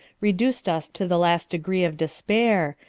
reduced us to the last degree of despair,